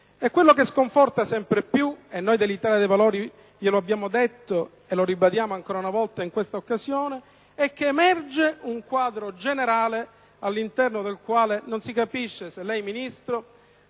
Quello che sconforta sempre più - e noi dell'Italia dei Valori lo abbiamo già detto e lo ribadiamo ancora una volta in questa occasione - è che emerge un quadro generale all'interno del quale non si capisce se lei, signora Ministro,